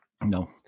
No